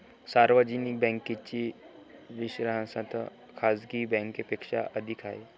सार्वजनिक बँकेची विश्वासार्हता खाजगी बँकांपेक्षा अधिक आहे